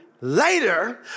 later